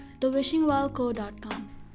thewishingwellco.com